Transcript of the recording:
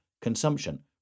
consumption